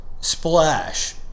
splash